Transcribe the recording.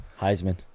Heisman